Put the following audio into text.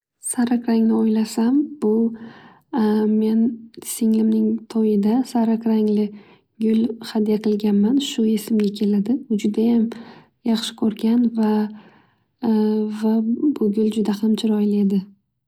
Sariq rangni o'ylasam bu men singlimning to'yida sariq rangli gul hadya qilganman. Shu esimga keladi. U judayam yaxshi ko'rgan va va bu gul juda ham chiroyli edi.